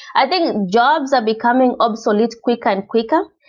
i think jobs are becoming obsolete quicker and quicker,